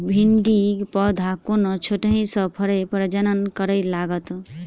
भिंडीक पौधा कोना छोटहि सँ फरय प्रजनन करै लागत?